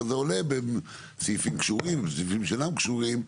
זה עולה בסעיפים קשורים, בסעיפים שאינם קשורים,